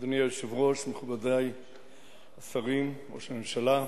אדוני היושב-ראש, מכובדי השרים, ראש הממשלה,